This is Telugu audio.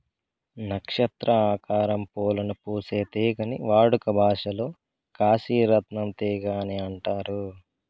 నక్షత్ర ఆకారం పూలను పూసే తీగని వాడుక భాషలో కాశీ రత్నం తీగ అని అంటారు